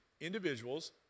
individuals